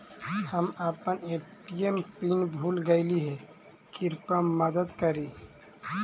हम अपन ATM PIN भूल गईली हे, कृपया मदद करी